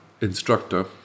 instructor